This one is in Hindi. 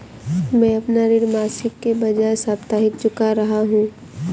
मैं अपना ऋण मासिक के बजाय साप्ताहिक चुका रहा हूँ